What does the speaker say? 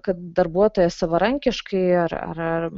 kad darbuotojas savarankiškai ar ar